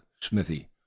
Smithy